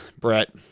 Brett